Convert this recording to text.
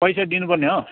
पैसा दिनुपर्ने हो